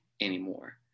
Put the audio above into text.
anymore